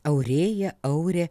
aurėja aurė